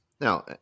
now